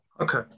Okay